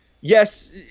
Yes